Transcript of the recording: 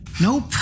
Nope